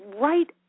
right